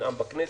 ננאם בכנסת,